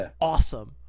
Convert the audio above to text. awesome